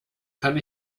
kann